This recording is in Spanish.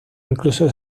incluso